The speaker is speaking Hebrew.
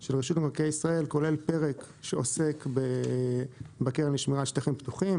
של רשות מקרקעי ישראל כולל פרק שעוסק בקרן לשמירה על שטחים פתוחים.